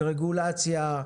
רגולציה,